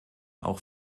auch